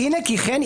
"הנה כי כן,